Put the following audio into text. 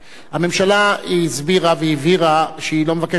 הממשלה הסבירה והבהירה שהיא לא מבקשת לדון,